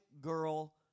girl